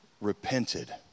repented